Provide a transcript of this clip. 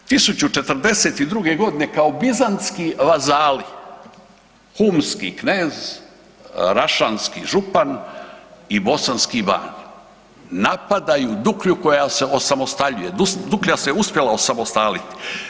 1042. kao bizantski vazali, humski knez, rašanski župan i bosanski ban napadaju Duklju koja se osamostaljuje, Duklja se uspjela osamostaliti.